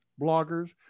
bloggers